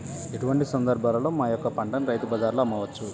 ఎటువంటి సందర్బాలలో మా యొక్క పంటని రైతు బజార్లలో అమ్మవచ్చు?